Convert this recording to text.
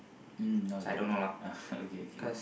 mm okay ah okay okay